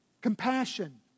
Compassion